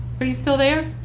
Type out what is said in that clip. are you still there?